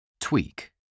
Tweak